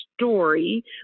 story